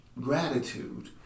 gratitude